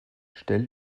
stell